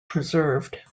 preserved